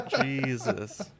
Jesus